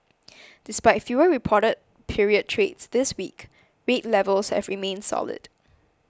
despite fewer reported period trades this week rate levels have remained solid